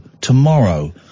tomorrow